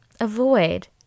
avoid